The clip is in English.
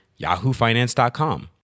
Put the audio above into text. yahoofinance.com